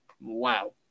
wow